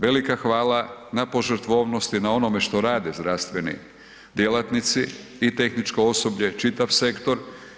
Velika hvala na požrtvovnosti, na onome što rade zdravstveni djelatnici i tehničko osoblje, čitav sektor.